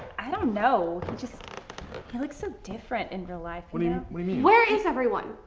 i don't know he looks so different in real life. what do you mean? where is everyone?